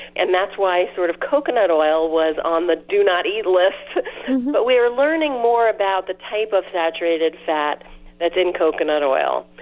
and that's why sort of coconut oil was on the do not eat list but we are learning more about the type of saturated fat that's in coconut oil.